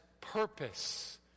purpose